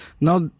Now